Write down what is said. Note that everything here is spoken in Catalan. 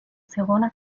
segona